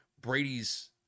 Brady's